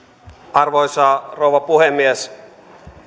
arvoisa rouva puhemies